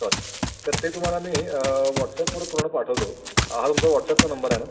sorry तर ते तुम्हाला मी व्हॉट्सअपवर पूर्ण पाठवतो हा तुमचा व्हॉट्सपचा नंबर आहे ना